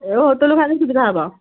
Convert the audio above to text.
ଏ ହୋଟେଲରୁ ଖାଇଦେଲେ ସୁବିଧା ହବ